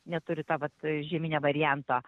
neturi to vat žieminio varianto